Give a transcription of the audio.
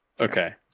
Okay